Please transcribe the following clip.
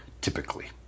Typically